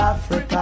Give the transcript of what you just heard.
Africa